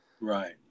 Right